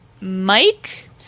Mike